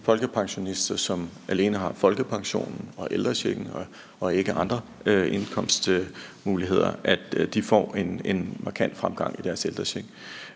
folkepensionister, der alene har folkepensionen og ældrechecken og ikke andre indkomstmuligheder, får en markant fremgang i deres ældrecheck.